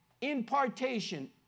impartation